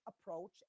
approach